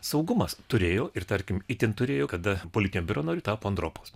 saugumas turėjo ir tarkim itin turėjo kada politinio biuro nariu tapo andropovas